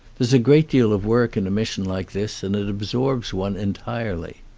there's a great deal of work in a mission like this and it absorbs one entirely.